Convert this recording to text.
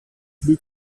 plus